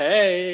Hey